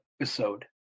episode